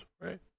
right